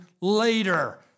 later